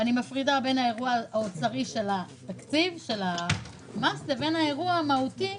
ואני מפרידה בין האירוע האוצרי של המס לבין האירוע המהותי,